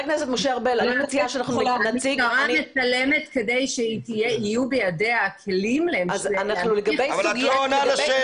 המשטרה מצלמת כדי שיהיו בידיה הכלים --- אבל את לא עונה על השאלה.